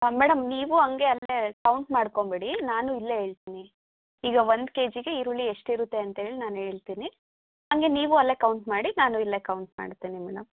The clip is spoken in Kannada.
ಮೇಡಮ್ ನೀವು ಹಂಗೆ ಅಲ್ಲೇ ಕೌಂಟ್ ಮಾಡ್ಕೊಂಬಿಡಿ ನಾನು ಇಲ್ಲೇ ಹೇಳ್ತಿನಿ ಈಗ ಒಂದು ಕೆ ಜಿಗೆ ಈರುಳ್ಳಿ ಎಷ್ಟಿರುತ್ತೆ ಅಂತೇಳಿ ನಾನು ಹೇಳ್ತಿನಿ ಹಂಗೆ ನೀವು ಅಲ್ಲೇ ಕೌಂಟ್ ಮಾಡಿ ನಾನು ಇಲ್ಲೇ ಕೌಂಟ್ ಮಾಡ್ತೀನಿ ಮೇಡಮ್